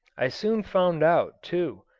i soon found out, too,